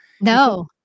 no